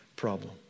problem